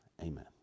amen